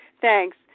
Thanks